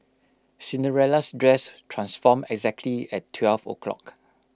Cinderella's dress transformed exactly at twelve o' clock